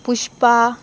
Pushpa